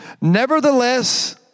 Nevertheless